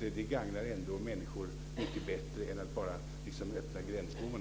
Det gagnar ändå människor mycket bättre än att bara öppna gränsbommarna.